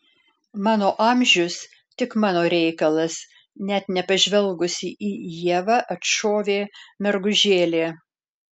mano amžius tik mano reikalas net nepažvelgusi į ievą atšovė mergužėlė